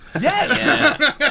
Yes